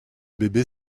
bébé